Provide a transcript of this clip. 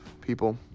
people